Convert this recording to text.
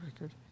record